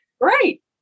Great